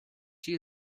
she